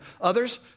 Others